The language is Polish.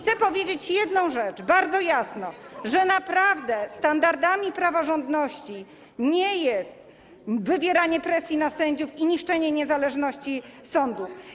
Chcę powiedzieć jedną rzecz, bardzo jasno: Naprawdę standardami praworządności nie jest wywieranie presji na sędziów i niszczenie niezależności sądów.